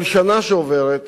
כל שנה שעוברת